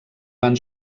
van